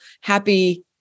happy